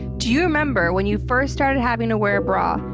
do you remember when you first started having to wear a bra,